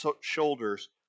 shoulders